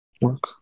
Work